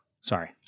sorry